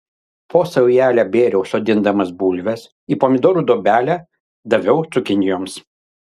po saujelę bėriau sodindamas bulves į pomidorų duobelę daviau cukinijoms